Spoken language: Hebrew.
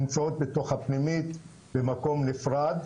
שנמצאות בתוך הפנימית במקום נפרד,